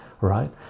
right